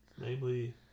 Namely